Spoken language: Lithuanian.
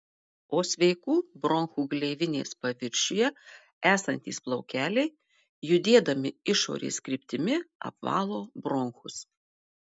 o sveikų bronchų gleivinės paviršiuje esantys plaukeliai judėdami išorės kryptimi apvalo bronchus